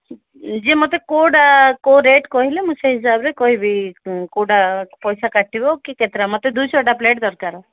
ଯେ ମୋତେ କେଉଁଟା କେଉଁ ରେଟ୍ କହିଲେ ମୁଁ ସେଇ ହିସାବରେ କହିବି କେଉଁଟା ପଇସା କାଟିବ କି କେତେଟା ମୋତେ ଦୁଇଶହଟା ପ୍ଲେଟ୍ ଦରକାର